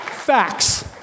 Facts